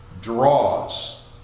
draws